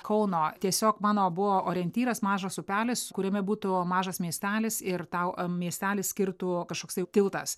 kauno tiesiog mano buvo orientyras mažas upelis kuriame būtų mažas miestelis ir tau miestelį skirtų kažkoksai tiltas